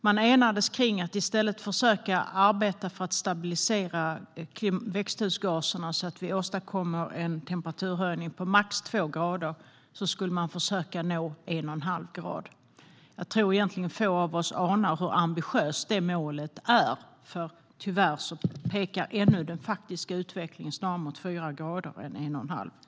Man enades om att i stället för att arbeta för att stabilisera växthusgaserna så att vi åstadkommer en temperaturhöjning på max två grader, skulle man försöka att nå en och en halv grad. Jag tror att det är få av oss som anar hur ambitiöst det målet är, men tyvärr pekar den faktiska utvecklingen fortfarande snarare mot fyra grader än mot en och en halv grad.